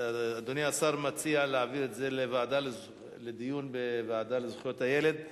אדוני השר מציע להעביר את זה לדיון בוועדה לזכויות הילד.